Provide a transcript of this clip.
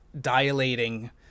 dilating